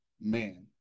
man